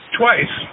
twice